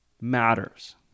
matters